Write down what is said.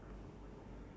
ya it's fun